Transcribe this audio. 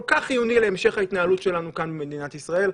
כך חיוני להמשך התנהלותנו כאן במדינת ישראל.